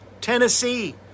Tennessee